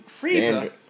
Frieza